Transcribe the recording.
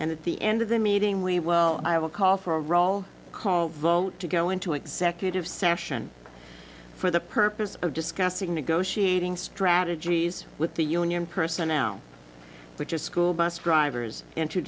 and at the end of the meeting we will have a call for a roll call vote to go into executive session for the purpose of discussing negotiating strategies with the union person now which is school bus drivers and to